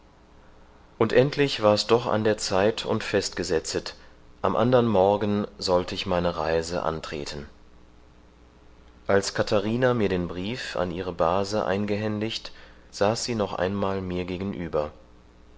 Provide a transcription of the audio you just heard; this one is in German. und endlich war's doch an der zeit und festgesetzet am andern morgen sollte ich meine reise antreten als katharina mir den brief an ihre base eingehändigt saß sie noch einmal mir gegenüber